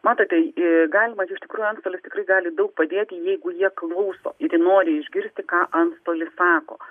matote galima iš tikrųjų antstolis tikrai gali daug padėti jeigu jie klauso ir nori išgirsti ką antstolis sako